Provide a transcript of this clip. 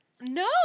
No